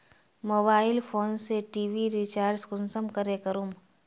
Mobile phone से TV recharge कुंसम करे करूम?